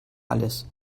alles